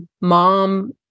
mom